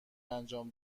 انجام